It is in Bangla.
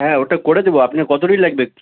হ্যাঁ ওটা করে দেবো আপনি কত কী লাগবে